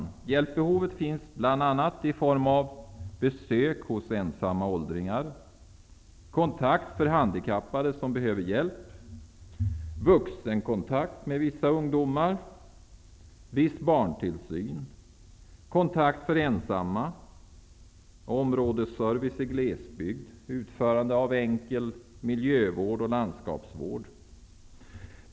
Det finns ett behov av hjälp bl.a. när det gäller besök hos ensamma åldringar, kontakt för handikappade som behöver hjälp, vuxenkontakt för vissa ungdomar, viss barntillsyn, kontakt för ensamma, områdesservice i glesbygd och utförande av enkel miljövård och landskapsvård.